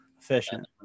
efficient